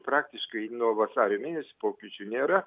praktiškai nuo vasario mėnesio pokyčių nėra